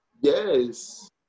yes